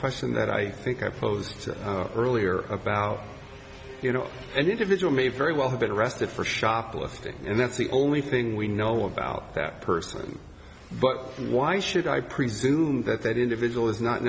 question that i think i posed earlier about you know an individual may very well have been arrested for shoplifting and that's the only thing we know about that person but why should i presume that that individual is not